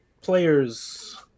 player's